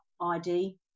ID